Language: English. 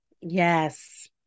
Yes